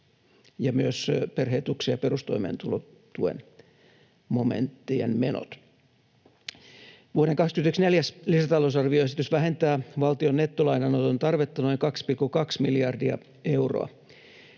ja myös perhe-etuuksien ja perustoimeentulotuen momenttien menot. Vuoden 21 neljäs lisätalousarvioesitys vähentää valtion nettolainanoton tarvetta noin 2,2 miljardia euroa.